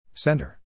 Center